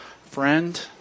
Friend